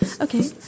Okay